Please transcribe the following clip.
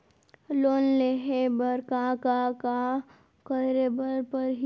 Loan लेहे बर का का का करे बर परहि?